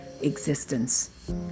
existence